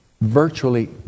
Virtually